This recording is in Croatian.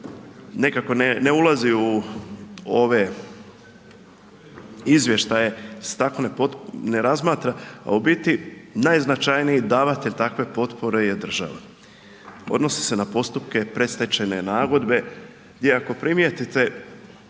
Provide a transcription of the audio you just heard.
nekako ne ulazi u ove izvještaje se tako ne razmatra, a u biti najznačajniji davatelj takve potpore je država. Odnosi se na postupke predstečajne nagodbe gdje ako primijetite